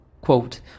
Quote